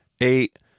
eight